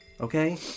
Okay